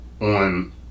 on